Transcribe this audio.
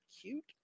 cute